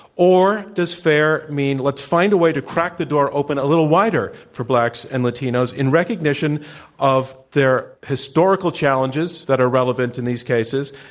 or does fair mean let's find a way to crack the door open a little wider for blacks and latinos in recognition of their historical challenges that are re levant in these cases,